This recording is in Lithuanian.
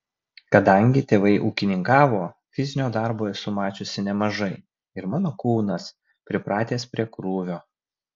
kadangi tėvai ūkininkavo fizinio darbo esu mačiusi nemažai ir mano kūnas pripratęs prie krūvio